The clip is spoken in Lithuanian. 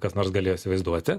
kas nors galėjo įsivaizduoti